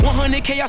100k